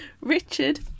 Richard